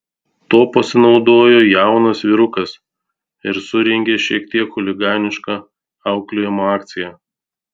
tuo pasinaudojo jaunas vyrukas ir surengė šiek tiek chuliganišką auklėjimo akciją